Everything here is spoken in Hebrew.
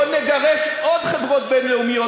בואו נגרש מכאן עוד חברות בין-לאומיות,